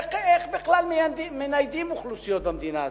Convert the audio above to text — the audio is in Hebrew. איך בכלל מניידים אוכלוסיות במדינה הזאת?